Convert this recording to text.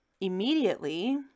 Immediately